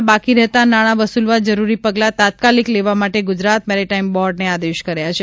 ના બાકી રહેતા નાણાં વસુલવા જરૂરી પગલાં તાત્કાલિક લેવા માટે ગુજરાત મેરીટાઇમ બોર્ડને આદેશ કર્યા છે